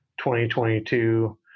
2022